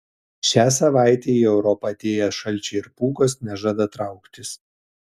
šią savaitę į europą atėję šalčiai ir pūgos nežada trauktis